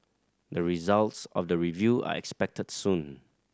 the results of the review are expected soon